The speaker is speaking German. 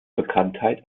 bekanntheit